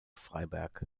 freiberg